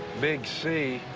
big sea.